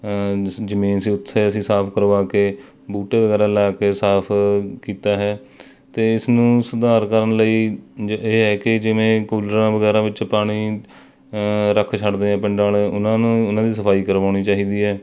ਜ਼ਮੀਨ ਸੀ ਉੱਥੇ ਅਸੀਂ ਸਾਫ ਕਰਵਾ ਕੇ ਬੂਟੇ ਵਗੈਰਾ ਲਾ ਕੇ ਸਾਫ ਕੀਤਾ ਹੈ ਅਤੇ ਇਸਨੂੰ ਸੁਧਾਰ ਕਰਨ ਲਈ ਜ ਇਹ ਹੈ ਕਿ ਜਿਵੇਂ ਕੂਲਰਾਂ ਵਗੈਰਾ ਵਿੱਚ ਪਾਣੀ ਰੱਖ ਛੱਡਦੇ ਹਾਂ ਪਿੰਡਾਂ ਵਾਲੇ ਉਹਨਾਂ ਨੂੰ ਉਹਨਾਂ ਦੀ ਸਫਾਈ ਕਰਵਾਉਣੀ ਚਾਹੀਦੀ ਹੈ